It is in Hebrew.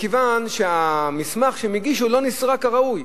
מכיוון שהמסמך שהם הגישו לא נסרק כראוי,